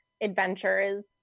adventures